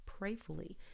prayfully